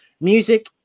music